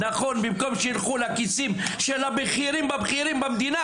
במקום שילכו לכיסים של הבכירים במדינה